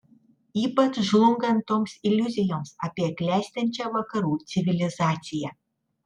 ypač žlungant toms iliuzijoms apie klestinčią vakarų civilizaciją